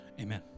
amen